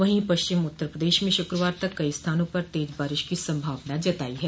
वहीं पश्चिम उत्तर प्रदेश में श्कवार तक कई स्थानों पर तेज बारिश की संभावना जतायी है